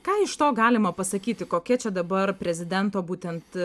ką iš to galima pasakyti kokia čia dabar prezidento būtent